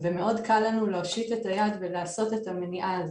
ומאוד קל לנו להושיט את היד ולעשות את המניעה הזאת.